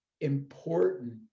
important